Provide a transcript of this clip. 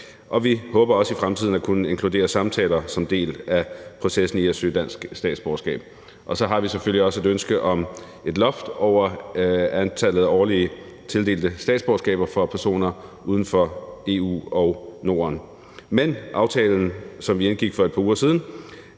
vi håber også i fremtiden at kunne inkludere samtaler som en del af den proces at søge dansk statsborgerskab. Og så har vi selvfølgelig også et ønske om et loft over antallet af årlige tildelte statsborgerskaber for personer uden for EU og Norden. Men aftalen, som vi indgik for et par uger siden,